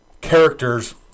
characters